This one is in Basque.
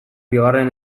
bigarren